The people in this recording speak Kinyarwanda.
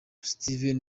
steve